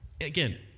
again